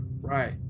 right